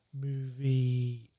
movie